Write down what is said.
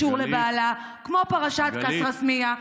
שקשור לבעלה, כמו פרשת כסרא-סמיע.